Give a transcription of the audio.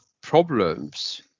problems